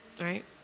Right